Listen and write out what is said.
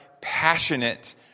passionate